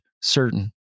certain